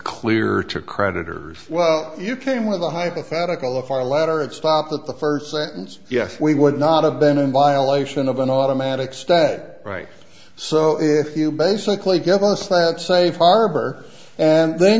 clear to creditors well you came with the hypothetical of our letter and stop at the first sentence yes we would not have been in violation of an automatic stat right so if you basically give us that safe harbor and then